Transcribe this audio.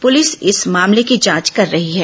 प्रलिस इस मामले की जांच कर रही है